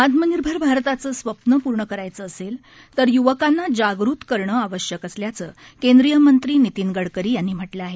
आत्मनिर्भरभारताचस्वप्नपूर्णकरायचंअसेलतरय्वकांनाजागृतकरणंआवश्यकअसल्या केंद्रियमंत्रीनितीनगडकरी यांनी म्हटलं आहे